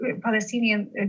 Palestinian